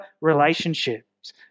relationships